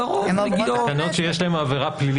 לרוב מגיעות --- תקנות שיש להן עבירה פלילית